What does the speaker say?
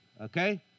Okay